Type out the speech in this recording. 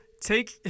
take